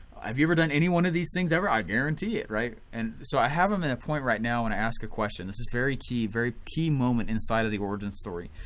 have you ever done any one of these things ever? i guarantee it, right? and so i have them in a point right now when i ask a question, this is very key, very key moment inside of the origin story.